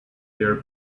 their